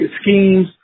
schemes